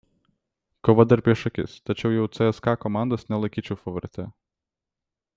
kova dar prieš akis tačiau jau cska komandos nelaikyčiau favorite